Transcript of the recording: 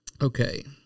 Okay